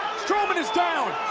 strowman is down.